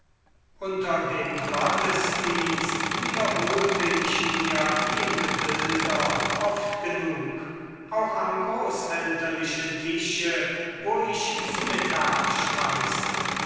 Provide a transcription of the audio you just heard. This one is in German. unter dem gottesdienst wiederholte ich mir jene bilder oft genug auch am großelterlichen tische wo ich zu mittag speiste